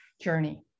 journey